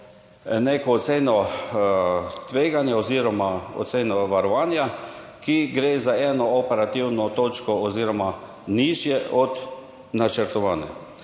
neko oceno tveganja oziroma oceno varovanja, ki gre za eno operativno točko oziroma nižje od načrtovane.